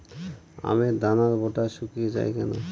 আমের দানার বোঁটা শুকিয়ে য়ায় কেন?